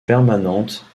permanentes